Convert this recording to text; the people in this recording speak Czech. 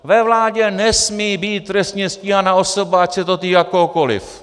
Ve vládě nesmí být trestně stíhaná osoba, ať se to týká kohokoliv.